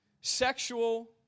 sexual